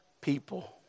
people